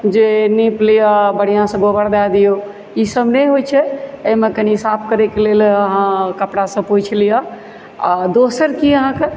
जे नीप लिअऽ बढ़िआँसंँ गोबर दए दियौ ई सब नहि होइत छै एहिमे कनि साफ करैके लेल अहाँ कपड़ासंँ पोछि लिअऽ आ दोसर की अहाँकेँ